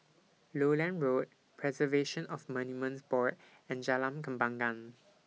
Lowland Road Preservation of Monuments Board and Jalan Kembangan